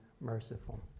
merciful